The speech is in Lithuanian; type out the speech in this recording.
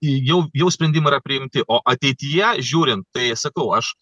jau jau sprendimai yra priimti o ateityje žiūrint tai sakau aš